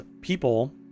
people